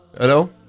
Hello